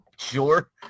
Sure